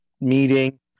meeting